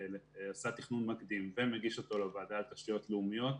תכנון מקדים ומגיש אותו לוועדה לתשתיות לאומיות,